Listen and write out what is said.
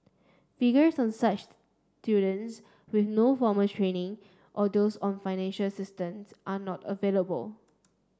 figures on such students with no formal training or those on financial assistance are not available